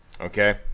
Okay